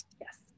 Yes